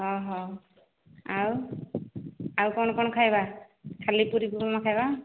ଆଉ ଆଉ କ'ଣ କ'ଣ ଖାଇବା ଖାଲି ପୁରୀ ଉପମା ଖାଇବା